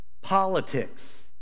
politics